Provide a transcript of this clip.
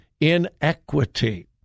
inequity